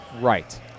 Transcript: Right